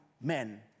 men